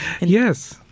Yes